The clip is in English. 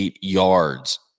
yards